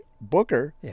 Booker